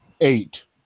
eight